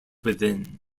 within